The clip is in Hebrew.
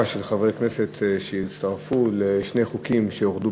של חברי כנסת שהצטרפו לשני חוקים שאוחדו,